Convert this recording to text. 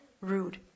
rude